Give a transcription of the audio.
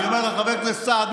אני אומר לך, חבר הכנסת סעדי,